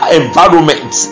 environment